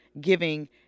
giving